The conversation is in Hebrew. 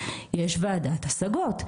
יש ועדת השגות.